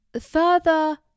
further